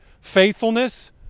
faithfulness